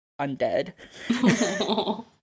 undead